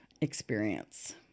experience